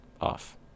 off